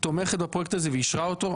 תומכת בפרויקט הזה ואישרה אותו,